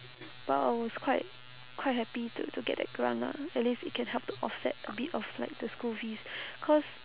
but I was quite quite happy to to get that grant lah at least it can help to offset a bit of like the school fees cause